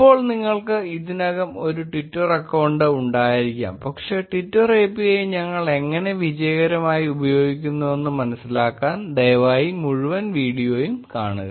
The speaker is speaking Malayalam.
ഇപ്പോൾ നിങ്ങൾക്ക് ഇതിനകം ഒരു ട്വിറ്റർ അക്കൌണ്ട് ഉണ്ടായിരിക്കാം പക്ഷേ ട്വിറ്റർ API ഞങ്ങൾ എങ്ങനെ വിജയകരമായി ഉപയോഗിക്കുന്നുവെന്ന് മനസിലാക്കാൻ ദയവായി മുഴുവൻ വീഡിയോയും കാണുക